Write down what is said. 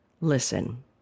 listen